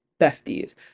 besties